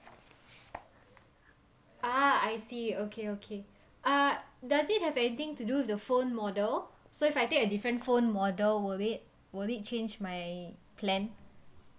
ah I see okay okay uh does it have anything to do with the phone model so if I take a different phone model will it will it change my plan